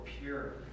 pure